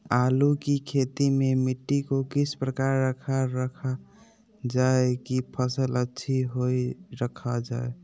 आलू की खेती में मिट्टी को किस प्रकार रखा रखा जाए की फसल अच्छी होई रखा जाए?